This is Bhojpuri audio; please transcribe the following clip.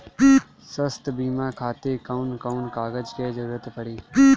स्वास्थ्य बीमा खातिर कवन कवन कागज के जरुरत पड़ी?